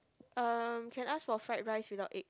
um can ask for fried rice without egg